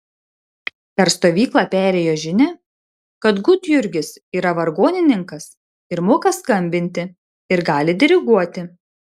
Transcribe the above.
per stovyklą perėjo žinia kad gudjurgis yra vargonininkas ir moka skambinti ir gali diriguoti